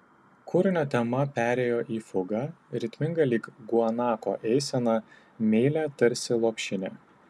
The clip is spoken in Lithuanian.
kūrinio tema perėjo į fugą ritmingą lyg guanako eisena meilią tarsi lopšinė